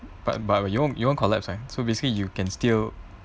but but it won't it won't collapse right so basically you can still